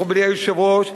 מכובדי היושב-ראש,